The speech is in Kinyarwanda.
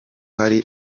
hari